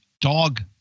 dog